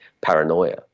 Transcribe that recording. paranoia